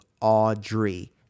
Audrey